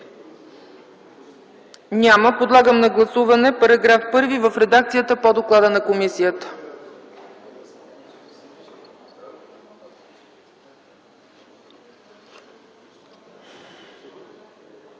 Няма. Подлагам на гласуване § 1 в редакцията по доклада на комисията.